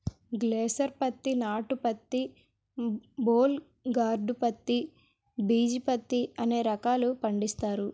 గ్లైసాల్ పత్తి నాటు పత్తి బోల్ గార్డు పత్తి బిజీ పత్తి అనే రకాలు పండిస్తారు